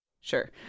sure